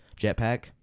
jetpack